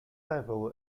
level